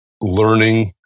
learning